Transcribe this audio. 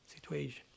situation